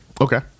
okay